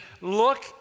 look